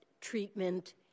treatment